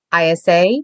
ISA